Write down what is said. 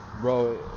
bro